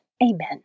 Amen